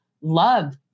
love